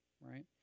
right